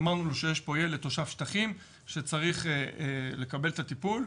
אמרנו לו שיש פה ילד תושב שטחים שצריך לקבל את הטיפול.